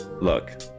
look